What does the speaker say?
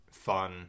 fun